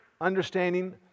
understanding